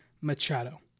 Machado